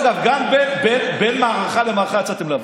דרך אגב, גם בין מערכה למערכה יצאתם להפגנות.